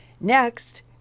Next